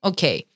Okay